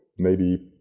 maybe,